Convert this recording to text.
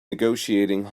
negotiating